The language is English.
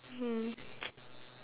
mm